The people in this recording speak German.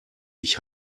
ich